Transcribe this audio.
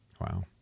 wow